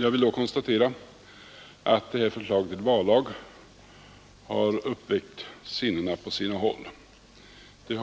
Jag konstaterar då att detta förslag till vallag på sina håll har upprört sinnena.